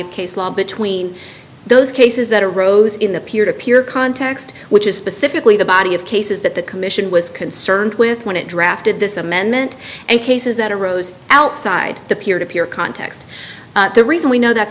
of case law between those cases that arose in the peer to peer context which is specifically the body of cases that the commission was concerned with when it drafted this amendment and cases that arose outside the peer to peer context the reason we know that